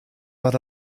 but